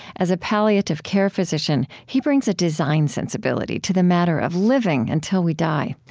as a palliative care physician, he brings a design sensibility to the matter of living until we die.